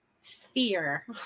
sphere